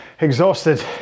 exhausted